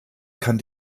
kann